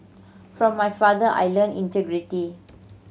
from my father I learnt integrity